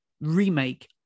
remake